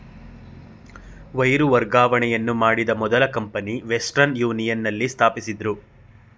wire ವರ್ಗಾವಣೆಯನ್ನು ಮಾಡಿದ ಮೊದಲ ಕಂಪನಿ ವೆಸ್ಟರ್ನ್ ಯೂನಿಯನ್ ನಲ್ಲಿ ಸ್ಥಾಪಿಸಿದ್ದ್ರು